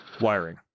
Wiring